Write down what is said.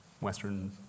Western